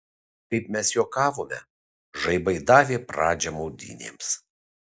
kaip mes juokavome žaibai davė pradžią maudynėms